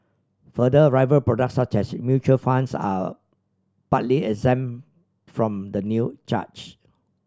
further rival product such as in mutual funds are partly exempt from the new charge